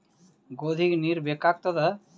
ಗೋಧಿಗ ನೀರ್ ಬೇಕಾಗತದ?